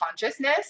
consciousness